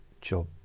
job